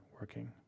working